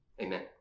Amen